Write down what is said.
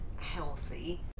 healthy